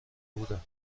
بودم